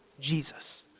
Jesus